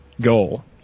goal